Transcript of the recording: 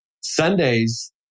Sundays